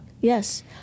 Yes